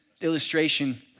illustration